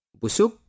busuk